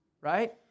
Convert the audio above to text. right